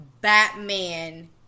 Batman